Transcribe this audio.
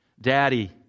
Daddy